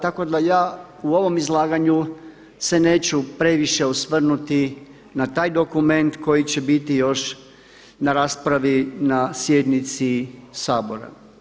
Tako da ja u ovom izlaganju se neću previše osvrnuti na taj dokument koji će biti još na raspravi na sjednici Sabora.